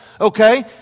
okay